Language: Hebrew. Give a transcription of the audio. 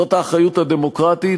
זאת האחריות הדמוקרטית,